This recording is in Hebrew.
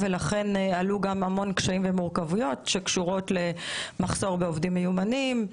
ולכן עלו המון קשיים ומורכבויות שקשורות למחסור בעובדים מיומנים,